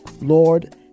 Lord